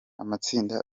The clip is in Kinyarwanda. amatsinda